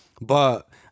But-